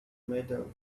metal